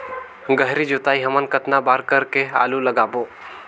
गहरी जोताई हमन कतना बार कर के आलू लगाबो?